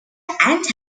antilles